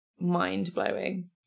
mind-blowing